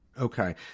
Okay